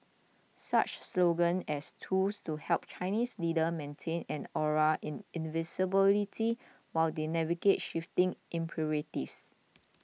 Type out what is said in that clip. such slogans as tools to help Chinese leaders maintain an aura in invincibility while they navigate shifting imperatives